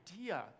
idea